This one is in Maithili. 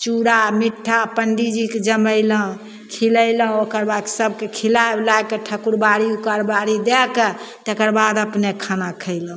चूड़ा मिट्ठा पण्डीजीके जिमेलहुँ खिलेलहुँ ओकरबाद सभके खिला उलाके ठकुरबाड़ी उकरबाड़ी दैके तकरबाद अपने खाना खएलहुँ